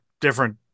different